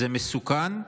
זה מסוכן.